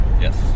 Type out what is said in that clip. Yes